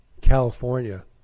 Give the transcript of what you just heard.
California